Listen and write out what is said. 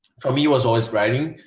for me, it was always writing